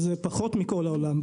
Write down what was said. זה פחות מכל העולם.